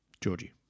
Georgie